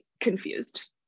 confused